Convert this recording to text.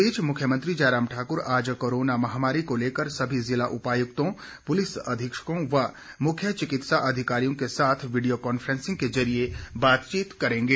इस बीच मुख्यमंत्री जयराम ठाक्र आज कोरोना महामारी को लेकर सभी जिला उपायुक्तों पुलिस अधीक्षकों व मुख्य चिकित्सा अधिकारियों के साथ वीडियो कांफ्रेंस के जरिए बातचीत करेंगे